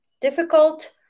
difficult